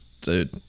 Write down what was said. dude